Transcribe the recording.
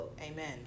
Amen